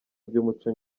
by’umuco